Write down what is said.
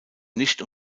nicht